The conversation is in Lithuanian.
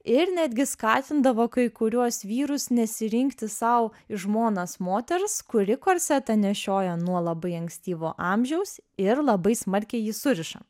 ir netgi skatindavo kai kuriuos vyrus nesirinkti sau į žmonas moters kuri korsetą nešioja nuo labai ankstyvo amžiaus ir labai smarkiai jį suriša